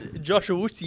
Joshua